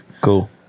Cool